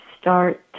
start